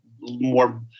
more